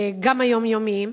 גם היומיומיים,